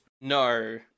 No